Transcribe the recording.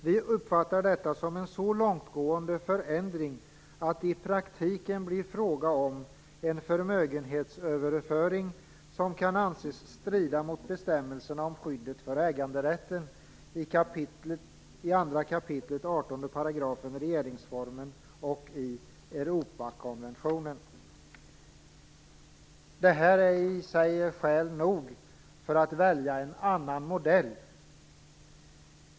Vi uppfattar detta som en så långtgående förändring att det i praktiken blir fråga om en förmögenhetsöverföring som kan anses strida mot bestämmelserna om skyddet för äganderätten i 2 kap. 18 § regeringsformen och i Europakonventionen. Detta i sig är skäl nog för att välja en annan modell.